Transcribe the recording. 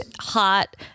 hot